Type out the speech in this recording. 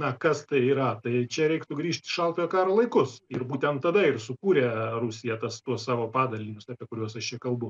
na kas tai yra tai čia reiktų grįžt į šaltojo karo laikus ir būtent tada ir sukūrė rusija tas tuos savo padalinius apie kuriuos aš čia kalbu